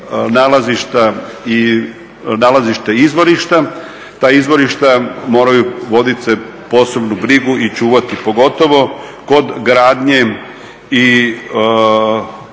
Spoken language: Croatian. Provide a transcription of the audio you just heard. nalazišta i nalazišta izvorišta, ta izvorišta moraju voditi se posebnu brigu i čuvati pogotovo kod gradnje i